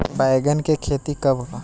बैंगन के खेती कब होला?